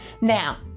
now